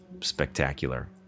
spectacular